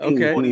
Okay